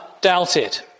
doubted